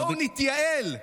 בואו נתייעל.